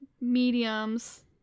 mediums